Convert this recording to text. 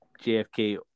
JFK